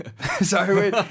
sorry